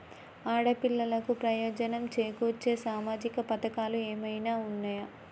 ఆడపిల్లలకు ప్రయోజనం చేకూర్చే సామాజిక పథకాలు ఏమైనా ఉన్నయా?